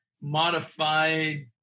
Modified